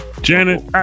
Janet